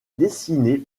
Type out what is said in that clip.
dessinées